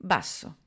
Basso